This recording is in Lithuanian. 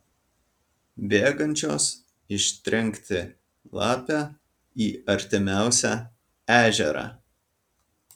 bėgančios ištrenkti lapę į artimiausią ežerą